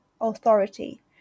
authority